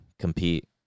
compete